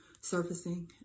surfacing